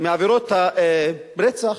מעבירות הרצח,